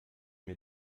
mir